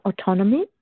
autonomy